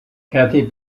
cathay